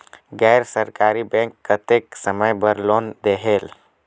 गैर सरकारी बैंक कतेक समय बर लोन देहेल?